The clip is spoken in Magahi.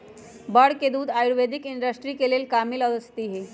बड़ के दूध आयुर्वैदिक इंडस्ट्री के लेल कामिल औषधि हई